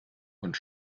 und